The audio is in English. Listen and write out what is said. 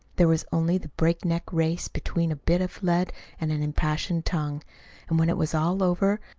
there was only the breakneck race between a bit of lead and an impassioned tongue and when it was all over,